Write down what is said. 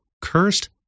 cursed